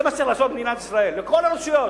זה מה שצריך לעשות במדינת ישראל לכל הרשויות,